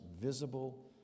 visible